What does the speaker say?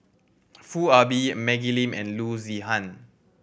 Foo Ah Bee Maggie Lim and Loo Zihan